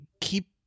Keep